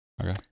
Okay